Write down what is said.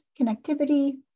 connectivity